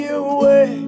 away